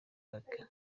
parker